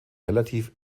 relativ